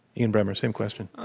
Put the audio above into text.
ian bremmer, same question.